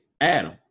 Adam